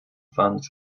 fund